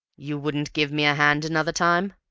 you wouldn't give me a hand another time?